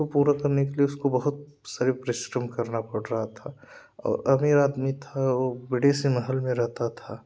उसको पूरा करने के लिए उसको बहुत सारा परिश्रम करना पड़ रहा था और अमीर आदमी था वो बड़े से महल में रहता था